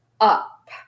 up